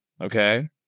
okay